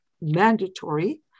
mandatory